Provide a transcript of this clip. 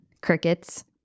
crickets